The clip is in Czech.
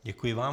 Děkuji vám.